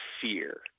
fear